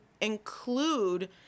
include